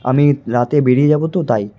আমি রাতে বেরিয়ে যাবো তো তাই